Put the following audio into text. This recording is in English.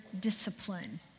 discipline